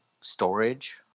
storage